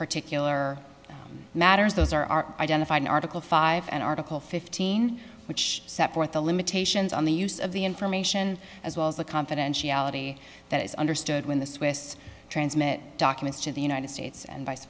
particular matters those are identified in article five and article fifteen which set forth the limitations on the use of the information as well as the confidentiality that is understood when the swiss transmit documents to the united states and vice